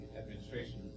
administration